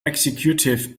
executive